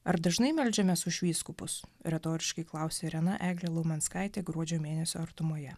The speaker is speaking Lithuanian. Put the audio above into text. ar dažnai meldžiamės už vyskupus retoriškai klausia irena eglė laumenskaitė gruodžio mėnesio artumoje